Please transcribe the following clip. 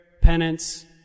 penance